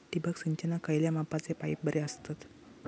ठिबक सिंचनाक खयल्या मापाचे पाईप बरे असतत?